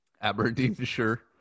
Aberdeenshire